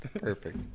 Perfect